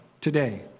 today